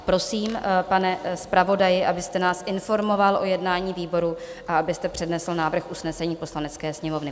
Prosím, pane zpravodaji, abyste nás informoval o jednání výboru a abyste přednesl návrh usnesení Poslanecké sněmovny.